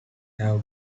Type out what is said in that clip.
have